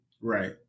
Right